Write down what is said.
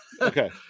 okay